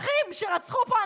רוצחים שרצחו פה אנשים,